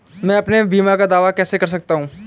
मैं अपने बीमा का दावा कैसे कर सकता हूँ?